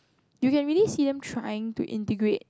you can really see them trying to integrate